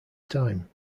time